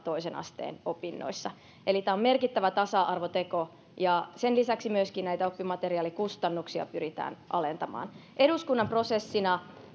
toisen asteen opinnoissa eli tämä on merkittävä tasa arvoteko sen lisäksi myöskin näitä oppimateriaalikustannuksia pyritään alentamaan eduskunnan prosessin